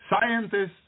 Scientists